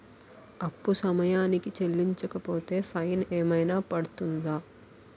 అప్పు సమయానికి చెల్లించకపోతే ఫైన్ ఏమైనా పడ్తుంద?